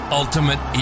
ultimate